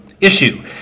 Issue